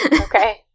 okay